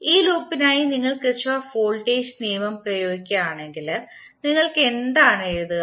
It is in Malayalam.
ഈ ലൂപ്പിനായി നിങ്ങൾ കിർചോഫ് വോൾട്ടേജ് നിയമം പ്രയോഗിക്കുകയാണെങ്കിൽ നിങ്ങൾ എന്താണ് എഴുതുക